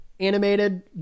animated